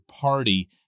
party